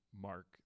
mark